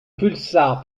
pulsar